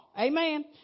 Amen